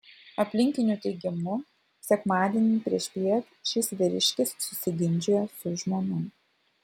aplinkinių teigimu sekmadienį priešpiet šis vyriškis susiginčijo su žmona